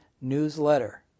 newsletter